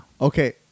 Okay